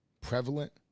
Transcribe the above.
prevalent